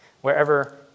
wherever